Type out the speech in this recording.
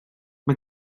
mae